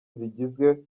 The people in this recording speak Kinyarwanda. zigizwe